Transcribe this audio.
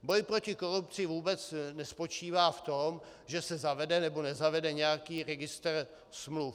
Boj proti korupci vůbec nespočívá v tom, že se zavede nebo nezavede nějaký registr smluv.